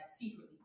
Secretly